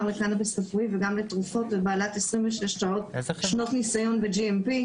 לקנאביס רפואי וגם לתרופות ובעלת 26 שנות ניסיון ב-GMP.